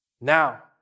Now